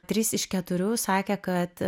trys iš keturių sakė kad